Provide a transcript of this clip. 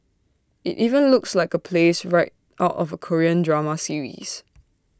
IT even looks like A place right out of A Korean drama series